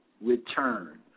return